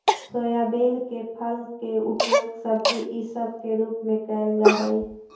soybean के फल के उपयोग सब्जी इसब के रूप में कयल जा हई